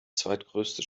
zweitgrößte